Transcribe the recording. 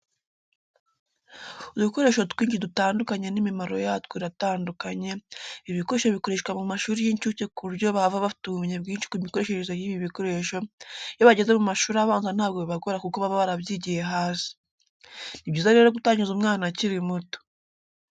Udukoresho twinshi dutandukanye n'imimaro yatwo iratandukanye, ibi bikoresho bikoreshwa mu mashuri y'incuke ku buryo bahava bafite ubumenyi bwinshi ku mikoreshereze y'ibi bikoresho iyo bageze mu mashuri abanza ntabwo bibagora kuko baba barabyigiye hasi. Ni byiza rero gutangiza umwana akiri muto.